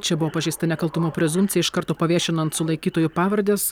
čia buvo pažeista nekaltumo prezumpcija iš karto paviešinant sulaikytųjų pavardes